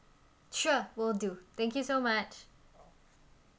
sure will do thank you so much